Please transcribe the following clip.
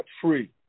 free